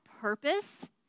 purpose